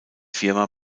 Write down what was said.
firma